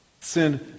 Sin